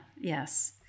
yes